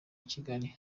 kigali